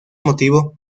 motivo